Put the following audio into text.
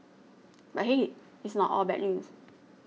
but hey it's not all bad news